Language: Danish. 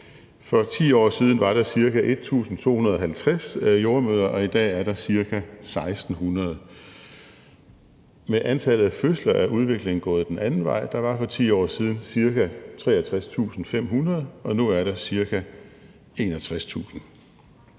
For 10 år siden var der ca. 1.250 jordemødre, og i dag er der ca. 1.600. Med hensyn til antallet af fødsler er udviklingen gået den anden vej, for der var for 10 år siden ca. 63.500, og nu er der ca. 61.000.